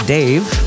Dave